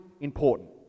important